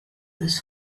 this